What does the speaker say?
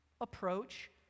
approach